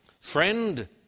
friend